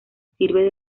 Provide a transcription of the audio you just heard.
sirve